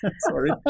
Sorry